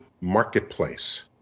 marketplace